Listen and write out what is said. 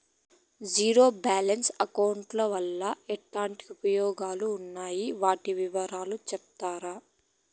Zero balance account వలన ఎట్లాంటి ఉపయోగాలు ఉన్నాయి? వాటి వివరాలు సెప్తారా?